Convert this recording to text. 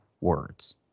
words